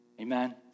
Amen